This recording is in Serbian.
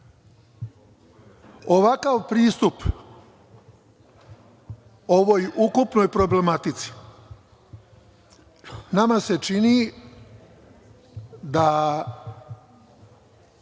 PUPS.Ovakav pristup ovoj ukupnoj problematici nama se čini da